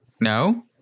No